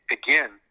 again